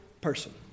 person